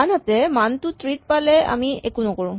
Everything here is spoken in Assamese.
আনহাতে মানটো ট্ৰী ত পালে আমি একো নকৰো